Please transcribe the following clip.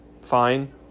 fine